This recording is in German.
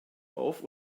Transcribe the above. auf